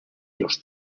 los